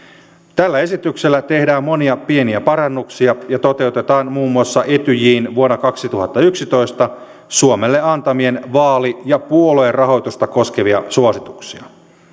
tällä esityksellä tehdään monia pieniä parannuksia ja toteutetaan muun muassa etyjin vuonna kaksituhattayksitoista suomelle antamia vaali ja puoluerahoitusta koskevia suosituksia